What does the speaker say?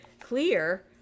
clear